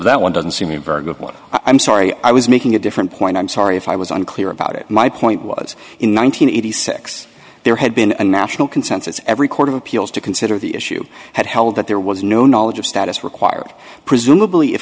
that one doesn't seem a very good one i'm sorry i was making a different point i'm sorry if i was unclear about it my point was in one nine hundred eighty six there had been a national consensus every court of appeals to consider the issue had held that there was no knowledge of status required presumably if